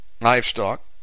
livestock